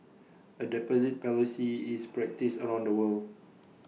A deposit policy is practised around the world